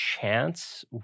chance